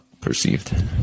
perceived